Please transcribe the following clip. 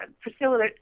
Priscilla